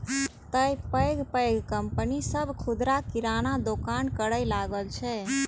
तें पैघ पैघ कंपनी सभ खुदरा किराना दोकानक करै लागल छै